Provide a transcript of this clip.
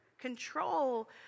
Control